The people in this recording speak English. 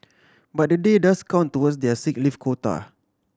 but the day does count towards their sick leave quota